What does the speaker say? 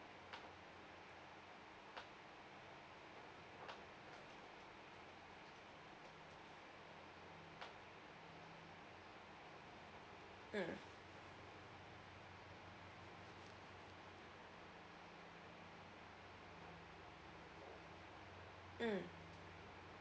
mm mm